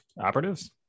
Operatives